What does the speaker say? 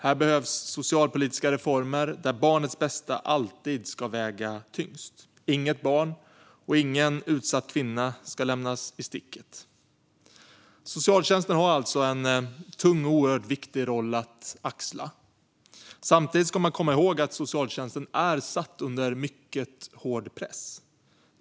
Här behövs socialpolitiska reformer där barnets bästa alltid ska väga tyngst. Inget utsatt barn och ingen utsatt kvinna ska lämnas i sticket. Socialtjänsten har alltså en tung och oerhört viktig roll att axla. Samtidigt ska man komma ihåg att socialtjänsten är satt under mycket hård press.